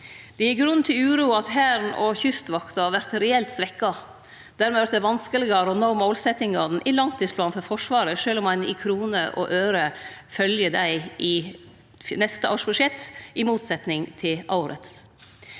Det gir grunn til uro at Hæren og Kystvakta vert reelt svekte. Dermed vert det vanskelegare å nå målsetjingane i langtidsplanen for Forsvaret sjølv om ein i kroner og øre følgjer dei i neste års budsjett, i motsetning til årets.